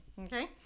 okay